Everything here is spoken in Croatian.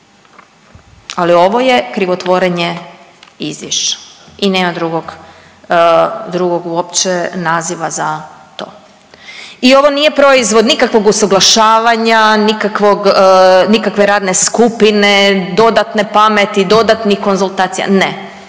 Ali ovo je krivotvorenje izvješća i nema drugog, drugog uopće naziva za to i ovo nje proizvod nikakvog usuglašavanja, nikakvog, nikakve radne skupine, dodatne pameti, dodatnih konzultacija. Ne.